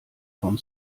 vom